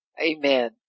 Amen